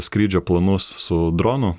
skrydžio planus su dronu